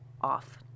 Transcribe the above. off